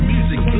Music